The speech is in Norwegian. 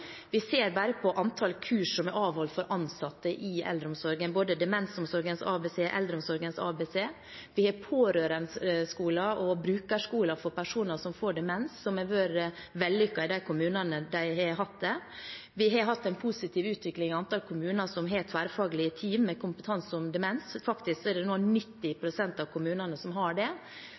Vi ser bare på antall kurs som er avholdt for ansatte i eldreomsorgen, både Demensomsorgens ABC og Eldreomsorgens ABC. Vi har pårørendeskoler og brukerskoler for personer som får demens, noe som har vært vellykket i de kommunene som har hatt det. Vi har hatt en positiv utvikling i antall kommuner som har tverrfaglige team med kompetanse om demens. Faktisk er det nå 90 pst. av kommunene som har det.